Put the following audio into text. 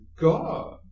God